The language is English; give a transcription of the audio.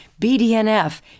BDNF